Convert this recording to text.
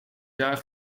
jaar